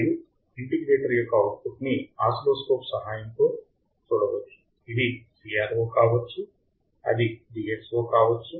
మరియు ఇంటిగ్రేటర్ యొక్క అవుట్పుట్ ని ఆసిలోస్కోప్ సహాయంతో చూడవచ్చు ఇది CRO కావచ్చు అది DSO కావచ్చు